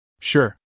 Sure